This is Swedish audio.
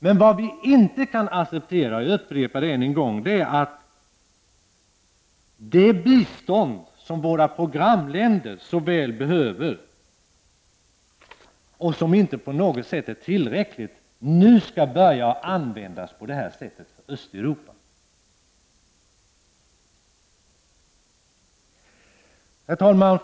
Men vad vi inte kan acceptera — jag upprepar det — är att det bistånd som våra programländer så väl behöver, och som inte är tillräckligt, nu skall börja användas på detta sätt i Östeuropa. Herr talman!